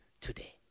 today